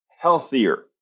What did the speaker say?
healthier